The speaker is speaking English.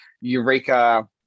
Eureka